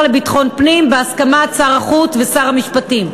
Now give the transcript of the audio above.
לביטחון פנים בהסכמת שר החוץ ושר המשפטים.